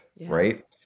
right